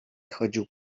chodził